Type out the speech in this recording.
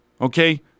okay